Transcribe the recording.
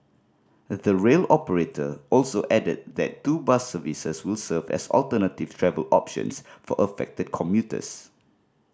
the rail operator also added that two bus services will serve as alternative travel options for affected commuters